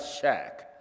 shack